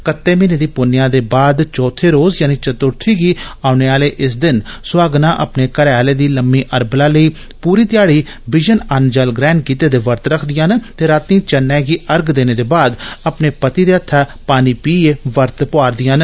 कत्ते म्हीने दी पुन्नेआ दे बाद चौथे रोज यानिं चतुर्थी गी औने आले इस दिन सुहागनां अपने घरै आले दी लम्मी अरबला लेई पूरी ध्याड़े विजन अन्न जल ग्रैहण कीते दे वर्त रखदियां न ते रांतीं चन्नै गी अर्ग देने दे बाद अपने पति दे हत्था पानी पीए वर्त पोआरदियां न